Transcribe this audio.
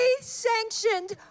sanctioned